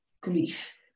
grief